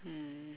mm